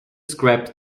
scrap